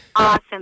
Awesome